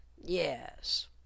yes